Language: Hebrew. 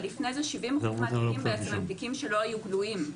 אבל לפני זה שבעים אחוז מהתיקים בעצם הם תיקים שלא היו גלויים.